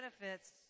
benefits